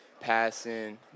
passing